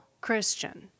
Christian